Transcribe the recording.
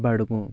Budgam